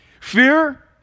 Fear